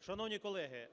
Шановні колеги,